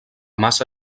massa